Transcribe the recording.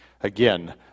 Again